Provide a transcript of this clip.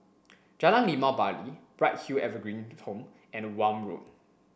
Jalan Limau Bali Bright Hill Evergreen Home and Welm Road